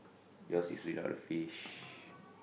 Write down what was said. yours is without the fish